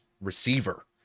receiver